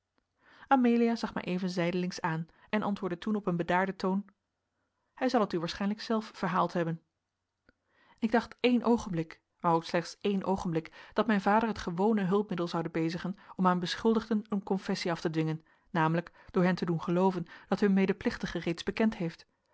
amelia zag mij even zijdelings aan en antwoordde toen op een bedaarden toon hij zal het u waarschijnlijk zelf verhaald hebben ik dacht één oogenblik maar ook slechts één oogenblik dat mijn vader het gewone hulpmiddel zoude bezigen om aan beschuldigden een confessie af te dwingen namelijk door hen te doen gelooven dat hun medeplichtige reeds bekend heeft